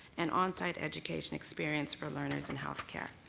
and on-site education experience for learners in healthcare.